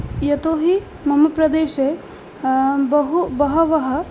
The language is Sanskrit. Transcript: यतो हि मम प्रदेशे बहु बहवः